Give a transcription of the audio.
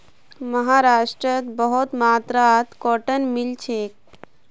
महाराष्ट्रत बहुत मात्रात कॉटन मिल छेक